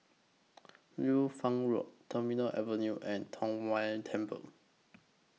Liu Fang Road Terminal Avenue and Tong Whye Temple